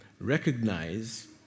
recognize